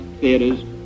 theaters